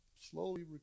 slowly